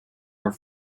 are